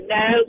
no